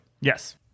Yes